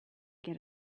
get